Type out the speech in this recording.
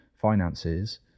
finances